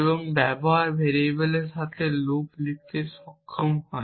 এবং ব্যবহার ভেরিয়েবলের সাথে লুপ লিখতে সক্ষম হয়